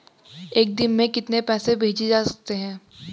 एक दिन में कितने पैसे भेजे जा सकते हैं?